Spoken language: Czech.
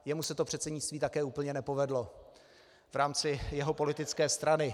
Jemu se to předsednictví také úplně nepovedlo v rámci jeho politické strany.